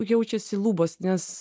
jaučiasi lubos nes